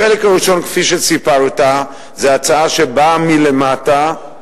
בחלק הראשון, כפי שסיפרת, זו הצעה שבאה מלמטה,